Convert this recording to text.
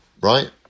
right